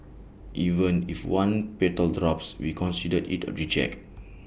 even if one petal drops we consider IT A reject